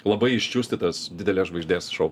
labai iščiustytas didelės žvaigždės šou